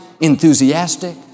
enthusiastic